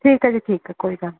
ਠੀਕ ਹੈ ਜੀ ਠੀਕ ਹੈ ਕੋਈ ਗੱਲ